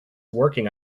working